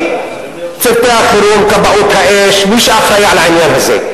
צוותי החירום, כבאות האש, מי שאחראי לעניין הזה.